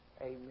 Amen